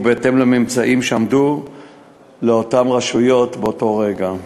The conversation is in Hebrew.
ובהתאם לממצאים שעמדו לרשות אותן רשויות באותו רגע.